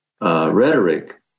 rhetoric